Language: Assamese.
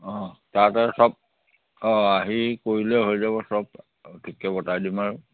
অ তাৰ তাত সব অ হেৰি কৰিলে হৈ যাব সব তেতিয়া গতাই দিম আৰু